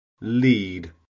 Lead